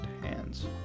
hands